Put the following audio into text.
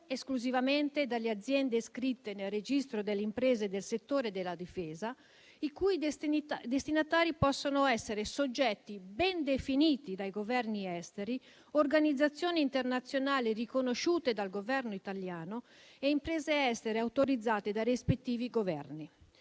solo dalle aziende iscritte nel registro delle imprese del settore della difesa, i cui destinatari possono essere soggetti ben definiti dai Governi esteri, organizzazioni internazionali riconosciute dal Governo italiano e imprese estere autorizzate dai rispettivi Governi.